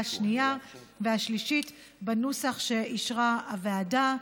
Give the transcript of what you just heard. השנייה והשלישית בנוסח שאישרה הוועדה.